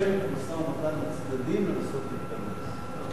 אני רק